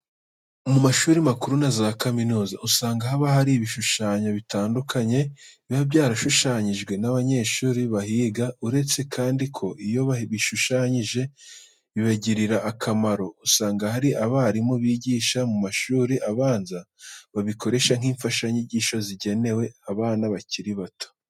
Mu mashuri makuru na za kaminuza usanga haba hari ibishushanyo bitandukanye biba byarashushanyijwe n'abanyeshuri bahiga. Uretse kandi ko iyo babishushanyije bibagirira akamaro, usanga hari abarimu bigisha mu mashuri abanza babikoresha nk'imfashanyigisho zigenewe abana bakiri bato.